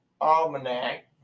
almanac